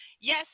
Yes